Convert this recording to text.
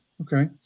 Okay